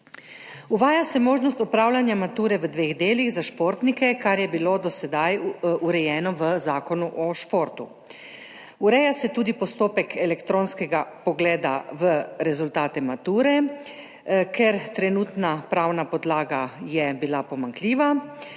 Uvaja se možnost opravljanja mature v dveh delih za športnike, kar je bilo do sedaj urejeno v Zakonu o športu. Ureja se tudi postopek elektronskega vpogleda v rezultate mature, ker je bila trenutna pravna podlaga pomanjkljiva.